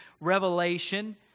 revelation